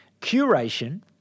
curation